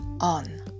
on